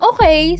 Okay